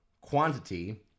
quantity